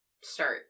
start